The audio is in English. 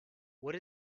what